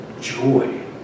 joy